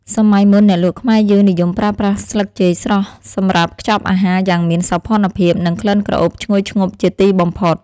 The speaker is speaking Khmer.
សម័យមុនអ្នកលក់ខ្មែរយើងនិយមប្រើប្រាស់ស្លឹកចេកស្រស់សម្រាប់ខ្ចប់អាហារយ៉ាងមានសោភ័ណភាព និងក្លិនក្រអូបឈ្ងុយឈ្ងប់ជាទីបំផុត។